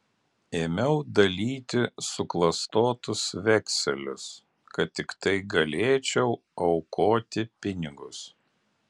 ėmiau dalyti suklastotus vekselius kad tiktai galėčiau aukoti pinigus